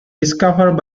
discovered